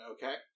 Okay